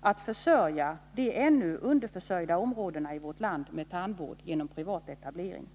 att försörja de ännu underförsörjda områdena i vårt land med tandvård genom privat etablering.